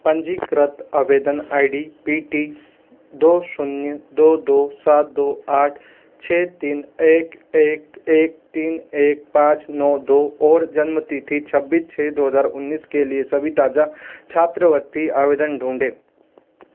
पंजीकृत आवेदन I D P T दो शून्य दो दो सात दो आठ छः तीन एक एक एक तीन एक पाँच नौ दो और जन्म तिथि छब्बीस छः दो हज़ार उन्नीस के लिए सभी ताज़ा छात्रवृत्ति आवेदन ढूँढें